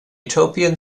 utopian